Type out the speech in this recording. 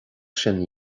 sin